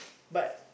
but